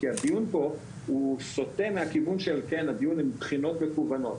כי הדיון פה סוטה מהנושא של בחינות מקוונות.